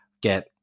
get